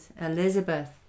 Elizabeth